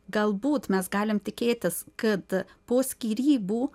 galbūt mes galim tikėtis kad po skyrybų